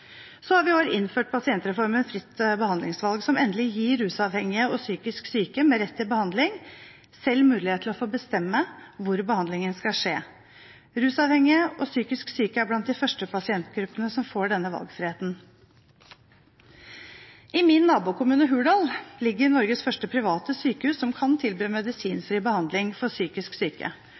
Så har vi i år innført pasientreformen fritt behandlingsvalg, som endelig gir rusavhengige og psykisk syke med rett til behandling selv mulighet til å få bestemme hvor behandlingen skal skje. Rusavhengige og psykisk syke er blant de første pasientgruppene som får denne valgfriheten. I min nabokommune Hurdal ligger Norges første private sykehus som kan tilby medisinfri behandling for psykisk syke.